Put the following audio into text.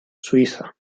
suiza